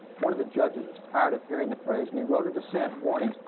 one of the judges was tired of hearing the phrase, and he wrote a dissent warning,